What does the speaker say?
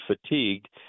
fatigued